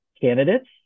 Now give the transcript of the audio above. candidates